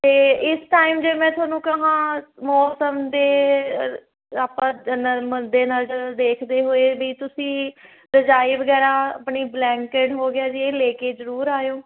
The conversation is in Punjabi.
ਅਤੇ ਇਸ ਟਾਈਮ ਜੇ ਮੈਂ ਤੁਹਾਨੂੰ ਕਹਾਂ ਮੌਸਮ ਦੇ ਆਪਾਂ ਨਰਮ ਦੇ ਨਾਲ ਜਦੋਂ ਦੇਖਦੇ ਹੋਏ ਵੀ ਤੁਸੀਂ ਰਜਾਈ ਵਗੈਰਾ ਆਪਣੀ ਬਲੈਂਕਡ ਹੋ ਗਿਆ ਜੀ ਇਹ ਲੈ ਕੇ ਜ਼ਰੂਰ ਆਇਓ